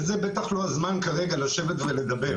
זה בטח לא הזמן כרגע לשבת ולדבר.